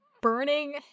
burning